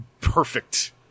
perfect